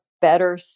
better